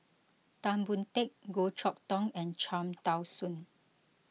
Tan Boon Teik Goh Chok Tong and Cham Tao Soon